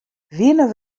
wiene